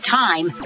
time